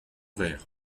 verre